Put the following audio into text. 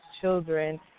children